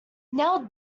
now